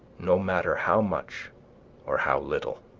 no matter how much or how little.